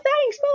thanks